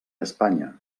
espanya